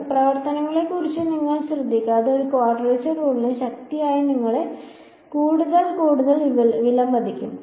അതിനാൽ പ്രവർത്തനത്തെക്കുറിച്ച് നിങ്ങൾ ശ്രദ്ധിക്കാത്ത ഒരു ക്വാഡ്രേച്ചർ റൂളിന്റെ ശക്തിയെ നിങ്ങൾ കൂടുതൽ കൂടുതൽ വിലമതിക്കും